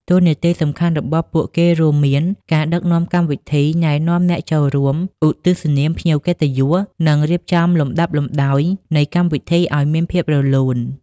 តួនាទីសំខាន់របស់ពួកគេរួមមានការដឹកនាំកម្មវិធី ណែនាំអ្នកចូលរួម ឧទ្ទិសនាមភ្ញៀវកិត្តិយស និងរៀបចំលំដាប់លំដោយនៃកម្មវិធីឱ្យមានភាពរលូន។